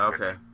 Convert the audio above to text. Okay